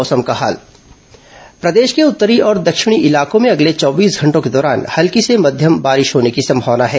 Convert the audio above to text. मौसम प्रदेश के उत्तरी और दक्षिणी इलाकों में अगले चौबीस घंटों के दौरान हल्की से मध्यम बारिश होने की संभावना है